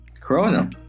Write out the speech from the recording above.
Corona